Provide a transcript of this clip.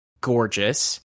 gorgeous